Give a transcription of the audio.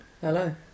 Hello